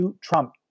Trump